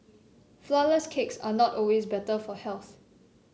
flourless cakes are not always better for health